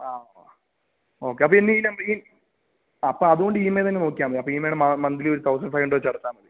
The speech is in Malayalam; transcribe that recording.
ആ ഓക്കെ അപ്പോള് ഇന്നീ നമ്പറില് ഈ അപ്പോള് അതുകൊണ്ട് ഇ എം ഐ തന്നെ നോക്കിയാല് മതി അപ്പോള് ഇ എം ഐയുടെ മന്ത്ലി ഒരു തൗസണ്ട് ഫൈവ് ഹൻഡ്രഡ് വെച്ച് അടച്ചാല് മതി